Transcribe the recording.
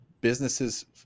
businesses